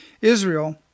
Israel